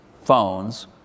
phones